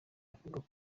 bavugaga